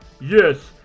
Yes